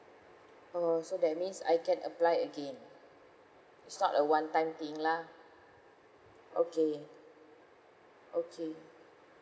oh so that means I can apply again it's not a one time thing lah okay okay